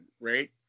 right